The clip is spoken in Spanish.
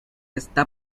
está